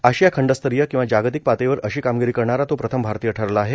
आशिया खंडस्तरीय किंवा जागतिक पातळीवर अशी कामगिरी करणारा तो प्रथम भारतीय ठरला आहे